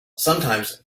sometimes